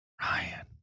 Ryan